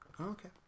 Okay